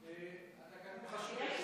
התקנון חשוב.